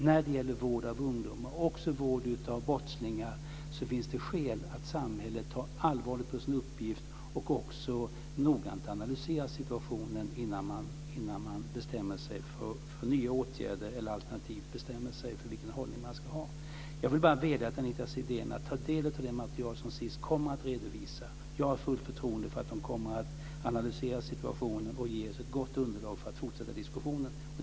När det gäller vård av ungdomar och brottslingar finns det skäl att samhället tar allvarligt på sin uppgift och noggrant analyserar situationen innan man bestämmer sig för nya åtgärder eller bestämmer vilken hållning man ska inta. Jag vill vädja till Anita Sidén att ta del av det material som SiS kommer att redovisa. Jag har fullt förtroende för att SiS kommer att analysera situationen och ge oss ett gott underlag för att fortsätta diskussionen.